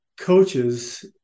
coaches